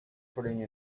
fooling